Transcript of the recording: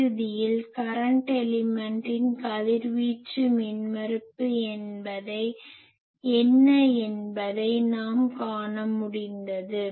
இறுதியில் கரன்ட் எலிமென்டின் கதிர்வீச்சு மின்மறுப்பு என்ன என்பதை நாம் காண முடிந்தது